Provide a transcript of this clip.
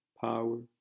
Power